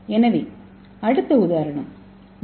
எனவே அடுத்த உதாரணம் டி